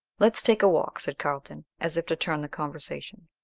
let's take a walk, said carlton, as if to turn the conversation.